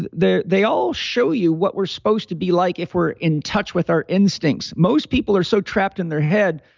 they all show you what we're supposed to be like if we're in touch with our instincts. most people are so trapped in their head.